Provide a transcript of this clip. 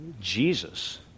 Jesus